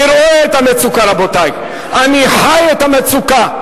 אני רואה את המצוקה, רבותי, אני חי את המצוקה.